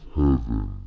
heaven